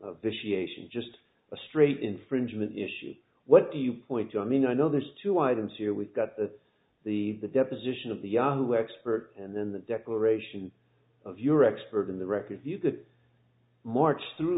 vitiated just a straight infringement issue what do you point to i mean i know there's two items here we've got the the the deposition of the yahoo expert and then the declaration of your expert in the records you could march through